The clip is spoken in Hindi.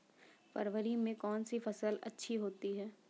फरवरी में कौन सी फ़सल अच्छी होती है?